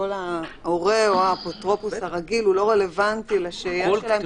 כלומר כל ההורה או האפוטרופוס הרגיל לא רלוונטי לשהייה שלהם.